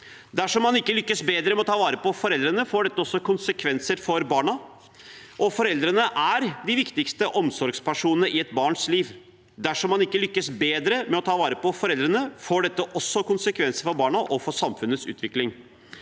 Dersom man ikke lykkes bedre med å ta vare på foreldrene, får dette også konsekvenser for barna. Foreldrene er de viktigste omsorgspersonene i et barns liv, og dersom man ikke lykkes bedre med å ta vare på foreldrene, får dette også konsekvenser for barna og for samfunnets utvikling.